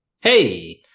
Hey